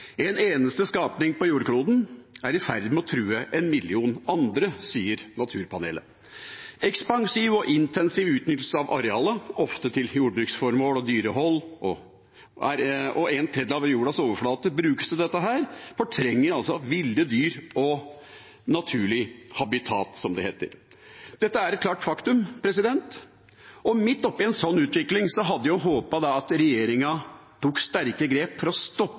En eneste skapning på jordkloden er i ferd med å true en million andre, sier naturpanelet. Ekspansiv og intensiv utnyttelse av arealene, ofte til jordbruksformål og dyrehold – en tredel av jordas overflate brukes til dette – fortrenger ville dyr og naturlige habitat, som det heter. Dette er et klart faktum. Midt oppi en slik utvikling hadde jeg håpet at regjeringa tok sterke grep for å stoppe